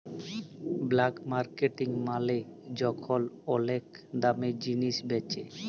black marketing মালে যখল ওলেক দামে জিলিস বেঁচে